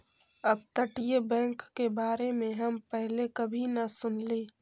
अपतटीय बैंक के बारे में हम पहले कभी न सुनली